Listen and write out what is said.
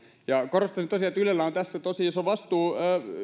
korostaisin tosiaan että ylellä on tässä tosi iso vastuu